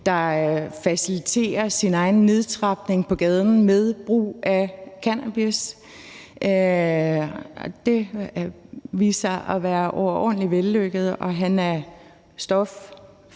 der faciliterer sin egen nedtrapning på gaden med brug af cannabis. Det viste sig at være overordentlig vellykket, og han er stoffri